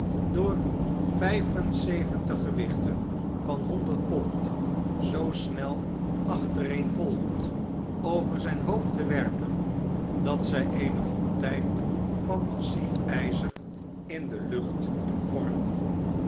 door vijf en zeventig gewichten van honderd pond zoo snel achtereenvolgend over zijn hoofd te werpen dat zij eene fontein van massief ijzer in de lucht vormden